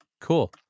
Cool